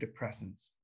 depressants